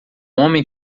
homem